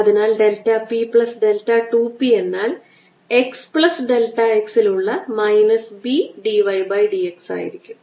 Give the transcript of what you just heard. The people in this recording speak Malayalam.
അതിനാൽ delta p plus delta 2 p എന്നാൽ x പ്ലസ് ഡെൽറ്റ x ൽ ഉള്ള minus B d y by d x ആയിരിക്കും